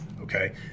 okay